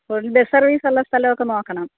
വണ്ടി സർവീസുള്ള സ്ഥലമൊക്കെ നോക്കണം